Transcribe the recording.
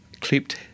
clipped